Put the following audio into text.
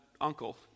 uncle